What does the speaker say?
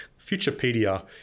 Futurepedia